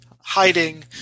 hiding